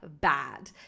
bad